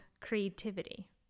creativity